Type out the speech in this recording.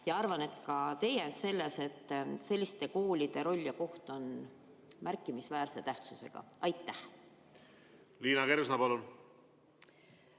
– arvan, et ka teie –, et selliste koolide roll ja koht on märkimisväärse tähtsusega. Liina Kersna, palun!